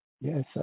Yes